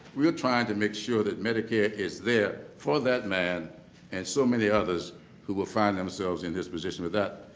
we are trying to make sure that medicare is there for that man and so many others who will find themselves in his position. with that,